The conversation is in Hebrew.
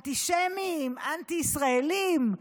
אנטישמיים, אנטי-ישראליים,